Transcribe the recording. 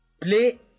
play